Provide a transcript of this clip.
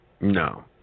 No